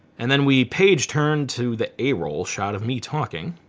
and then we page turn to the a roll shot of me talking.